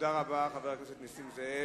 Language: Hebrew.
תודה רבה, חבר הכנסת נסים זאב.